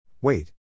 Wait